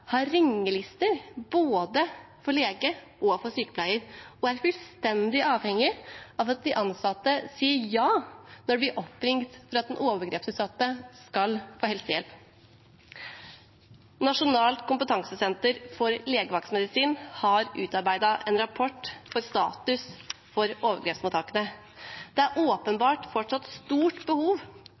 har ringelister for både lege og sykepleier og er fullstendig avhengige av at de ansatte sier ja når de blir oppringt, for at den overgrepsutsatte skal få helsehjelp. Nasjonalt kompetansesenter for legevaktmedisin har utarbeidet en rapport over status for overgrepsmottakene. Det er åpenbart fortsatt et stort behov